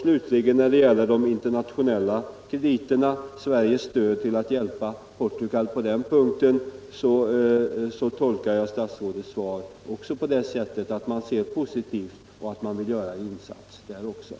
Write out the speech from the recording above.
Slutligen tolkar jag statsrådets svar när det gäller Sveriges stöd för de internationella krediterna på det sättet att man ser positivt på detta och vill göra en insats även där.